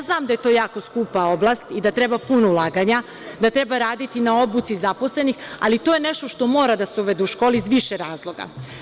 Znam da je to jako skupa oblast i da treba puno ulaganja, da treba raditi na obuci zaposlenih, ali to je nešto što mora da se uvede u škole, i to iz više razloga.